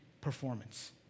performance